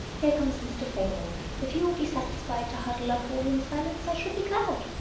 here comes mr. fainall if he will be satisfied to huddle up all in silence, i shall be glad.